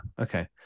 Okay